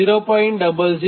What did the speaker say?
0123 j0